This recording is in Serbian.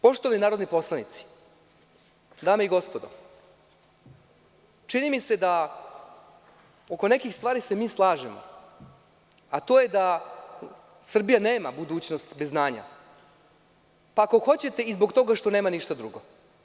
Poštovani narodni poslanici, dame i gospodo, čini mi se da se oko nekih stvari mi slažemo, a to je da Srbija nema budućnost bez znanja, pa ako hoćete i zbog toga što nema ništa drugo.